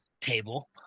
table